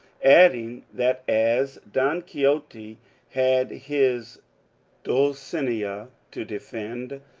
adding that as don quixote had his dulcinea to defend,